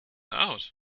out